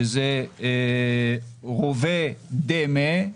שזה רובה דמה,